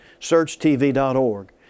searchtv.org